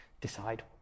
decide